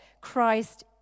Christ